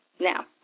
Now